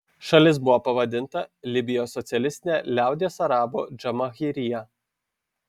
šalis buvo pavadinta libijos socialistine liaudies arabų džamahirija